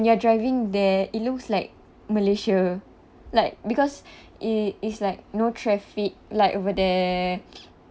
you are driving there it looks like malaysia like because it is like no traffic light over there